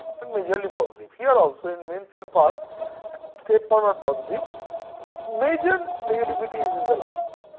but majorly positive. here also in mansfield park straightforward positive major negativity is in the last.